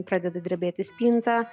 pradeda drebėti spinta